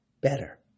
better